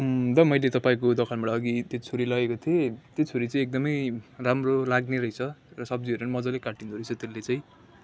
दा मैले तपाईँको दोकानबाट अघि त्यो छुरी लगेको थिएँ त्यो छुरी चाहिँ एकदमै राम्रो लाग्ने रहेछ र सब्जीहरू पनि मजाले काटिँदो रहेछ त्यसले चाहिँ